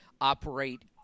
operate